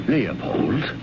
Leopold